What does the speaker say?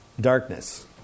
Darkness